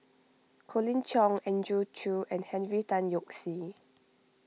Colin Cheong Andrew Chew and Henry Tan Yoke See